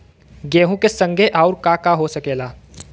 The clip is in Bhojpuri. गेहूँ के संगे अउर का का हो सकेला?